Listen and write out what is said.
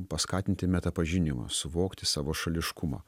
paskatinti meta pažinimą suvokti savo šališkumą